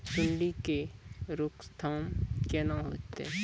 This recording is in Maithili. सुंडी के रोकथाम केना होतै?